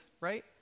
right